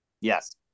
Yes